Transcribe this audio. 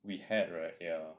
we had right ya